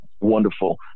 wonderful